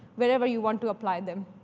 wherever you want to apply them.